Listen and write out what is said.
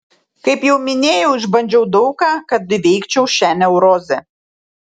kaip jau minėjau išbandžiau daug ką kad įveikčiau šią neurozę